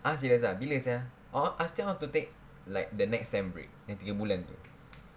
ah serious ah bila sia I say I want to take like the next sem break yang tiga bulan tu